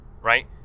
right